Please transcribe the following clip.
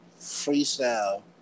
freestyle